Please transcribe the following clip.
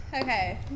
Okay